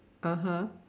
(uh huh)